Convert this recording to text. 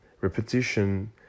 repetition